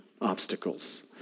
obstacles